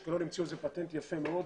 שם המציאו פטנט יפה מאוד.